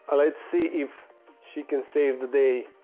let's see if she can save the day